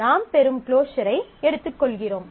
நாம் பெறும் க்ளோஸரை எடுத்துக் கொள்கிறோம்